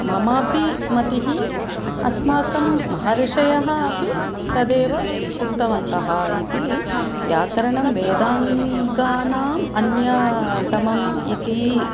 ममापि मतिः अस्माकं महर्षयः अपि तदेव उक्तवन्तः इति व्याकरणं वेदाङ्गानाम् अन्यतमम् इति